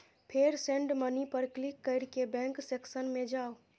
फेर send money पर click कैर के बैंक सेक्शन मे जाउ